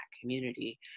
community